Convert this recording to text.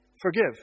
Forgive